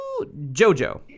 jojo